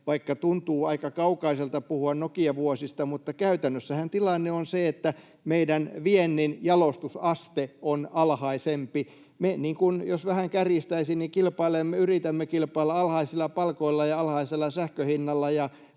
Vaikka tuntuu aika kaukaiselta puhua Nokia-vuosista, niin käytännössähän tilanne on se, että meidän viennin jalostusaste on alhaisempi. Jos vähän kärjistäisi, me yritämme kilpailla alhaisilla palkoilla ja alhaisella sähkön hinnalla